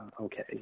okay